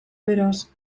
beraz